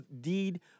deed